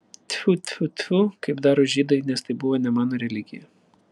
tfiu tfiu tfiu kaip daro žydai nes tai buvo ne mano religija